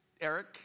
Eric